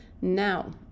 Now